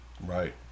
right